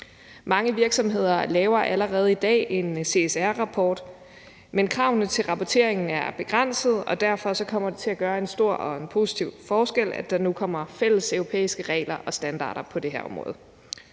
Mange virksomheder laver allerede i dag en CSR-rapport, men kravene til rapporteringen er begrænsede, og derfor kommer det til at gøre en stor og en positiv forskel, at der nu kommer fælles europæiske regler og standarder på det her område.